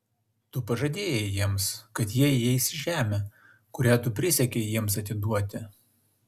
tu pažadėjai jiems kad jie įeis į žemę kurią tu prisiekei jiems atiduoti